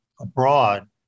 abroad